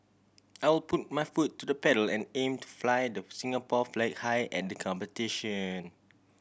I will put my foot to the pedal and aim to fly the Singapore flag high at the competition